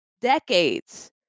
decades